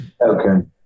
Okay